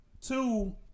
two